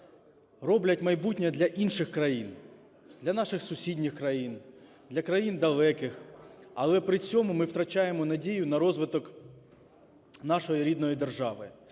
роблять майбутнє для інших країн – для наших сусідніх країн, для країн далеких. Але при цьому ми втрачаємо надію на розвиток нашої рідної держави.